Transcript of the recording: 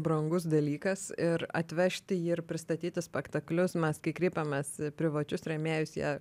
brangus dalykas ir atvežti jį ir pristatyt į spektaklius mes kai kreipiamės į privačius rėmėjus jie